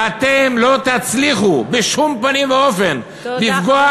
ואתם לא תצליחו בשום פנים ואופן, תודה, חבר